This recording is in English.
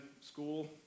School